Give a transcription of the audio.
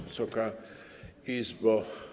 Wysoka Izbo!